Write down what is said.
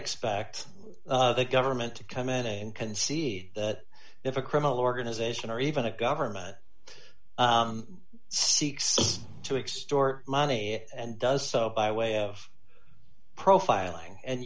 expect the government to come in and concede that if a criminal organization or even a government seeks to extort money and does so by way of profiling and